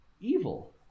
evil